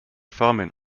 formen